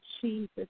Jesus